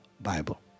Bible